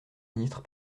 ministre